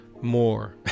more